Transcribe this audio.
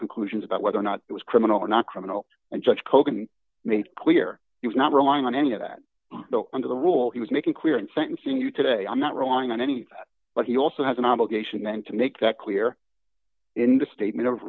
conclusions about whether or not it was criminal or not criminal and judge kogan made clear he was not relying on any of that under the rule he was making clear in sentencing you today i'm not relying on any but he also has an obligation then to make that clear in the statement of